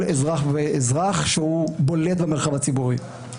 אזרח ואזרח שהוא בולט במרחב הציבורי.